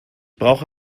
brauche